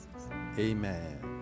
Amen